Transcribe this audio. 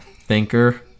thinker